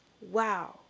Wow